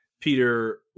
Peter